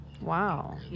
Wow